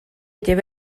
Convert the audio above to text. lleva